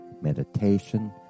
meditation